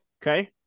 Okay